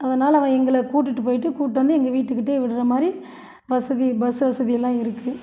அதனால் அவன் எங்களை கூட்டுகிட்டு போயிவிட்டு கூட்டு வந்து எங்கள் வீட்டுக்கிட்டே விடுற மாதிரி வசதி பஸ் வசதி எல்லாம் இருக்கு